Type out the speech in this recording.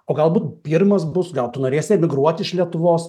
o galbūt firmos bus gal tu norėsi emigruoti iš lietuvos